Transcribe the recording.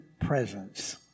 presence